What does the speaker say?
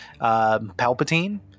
Palpatine